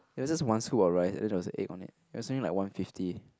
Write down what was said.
there was just one scoop of rice and then there was an egg on it it was only like one fifty